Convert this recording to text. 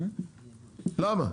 למה?